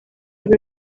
rwe